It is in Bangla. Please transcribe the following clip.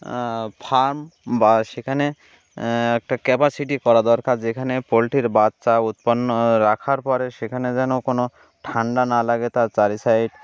ফার্ম বা সেখানে একটা ক্যাপাসিটি করা দরকার যেখানে পোলট্রির বাচ্চা উৎপন্ন রাখার পরে সেখানে যেন কোনো ঠান্ডা না লাগে তার চারি সাইড